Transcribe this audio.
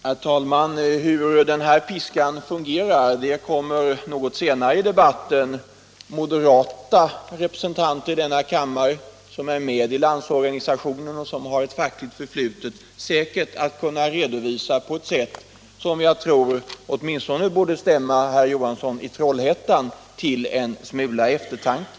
Herr talman! Hur den här piskan fungerar kommer säkert moderata representanter i denna kammare som är med i Landsorganisationen och som har ett fackligt förflutet att något senare i debatten kunna redovisa på ett sätt som jag tror borde stämma åtminstone herr Johansson i Troll — Nr 87 hättan till en smula eftertanke.